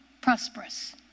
prosperous